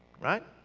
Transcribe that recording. right